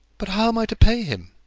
but how am i to pay him?